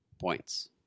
points